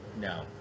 No